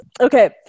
Okay